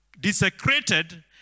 desecrated